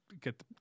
get